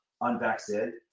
unvaccinated